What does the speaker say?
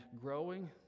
growing